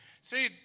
See